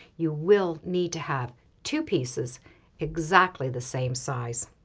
you will need to have two pieces exactly the same size.